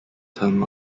term